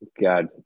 God